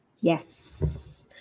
yes